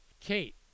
Kate